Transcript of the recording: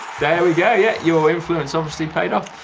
there we go, yeah. your influence obviously paid off.